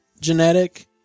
genetic